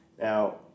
now